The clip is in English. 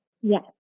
Yes